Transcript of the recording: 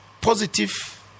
positive